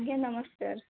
ଆଜ୍ଞା ନମସ୍କାର